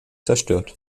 zerstört